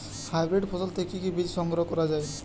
Hybrid ফসল থেকে কি বীজ সংগ্রহ করা য়ায়?